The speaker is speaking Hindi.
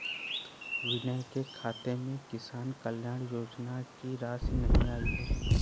विनय के खाते में किसान कल्याण योजना की राशि नहीं आई है